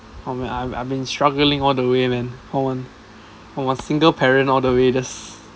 for me I'm I've been struggling all the way man from a from a single parent all the way just